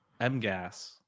MGAS